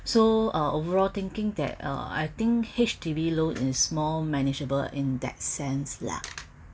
so uh overall thinking that uh I think H_D_B loan is more manageable in that sense lah